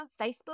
Facebook